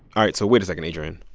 all right. so wait a second, adrian.